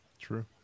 True